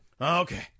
okay